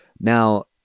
Now